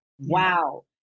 Wow